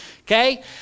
okay